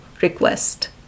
request